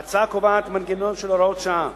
ההצעה קובעת מנגנון של הוראת שעה